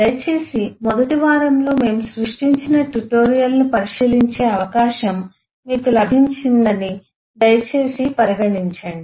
దయచేసి మొదటి వారంలో మేము సృష్టించిన ట్యుటోరియల్ను పరిశీలించే అవకాశం మీకు లభించిందని దయచేసి పరిగణించండి